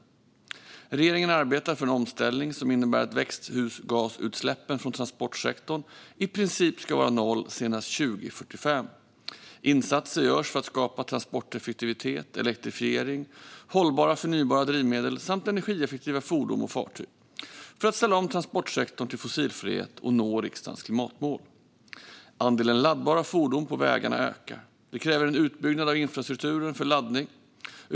Regeringen arbetar för en omställning som innebär att växthusgasutsläppen från transportsektorn i princip ska vara noll senast 2045. Insatser görs för att skapa transporteffektivitet, elektrifiering, hållbara förnybara drivmedel samt energieffektiva fordon och fartyg för att ställa om transportsektorn till fossilfrihet och nå riksdagens klimatmål. Andelen laddbara fordon på vägarna ökar. Det kräver en utbyggnad av infrastrukturen för laddning.